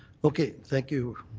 okay. thank you.